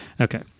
Okay